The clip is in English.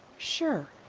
sure.